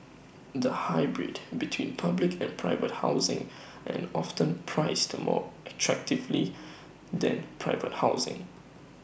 the hybrid between public and private housing and often priced more attractively than private housing